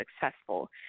successful